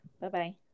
Bye-bye